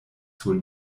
sur